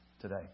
today